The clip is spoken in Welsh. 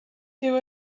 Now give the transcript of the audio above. dyw